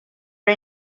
are